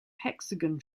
hexagon